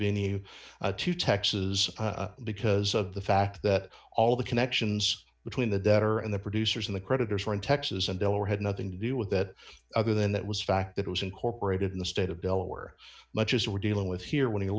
venue to texas because of the fact that all the connections between the debtor and the producers in the creditors were in texas and delaware had nothing to do with that other than that was fact that was incorporated in the state of delaware much as we're dealing with here when